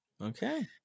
Okay